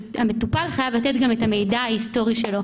והמטופל חייב לתת גם את המידע על ההיסטוריה שלו.